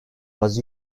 was